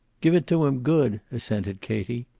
give it to him good, assented katie.